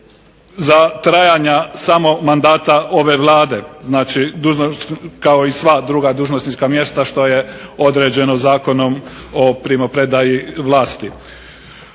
za trajanja samog mandata ove Vlade, znači kao i sva dužnosnička mjesta što je određeno Zakonom o primopredaji vlasti.